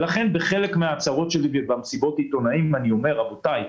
לכן בחלק מן ההצהרות שלי במסיבות עיתונאים אני אומר: רבותי,